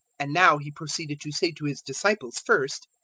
and now he proceeded to say to his disciples first,